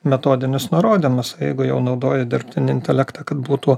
metodinius nurodymus jeigu jau naudoji dirbtinį intelektą kad būtų